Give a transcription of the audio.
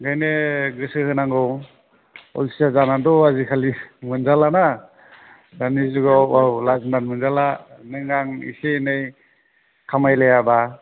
ओंखायनो गोसो होनांगौ अलसिया जानाथ' आजिखालि मोनजाला ना दानि जुगाव औ लाजिनाबो मोनजाला नों आं एसे एनै खामायलायाब्ला